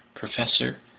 professor,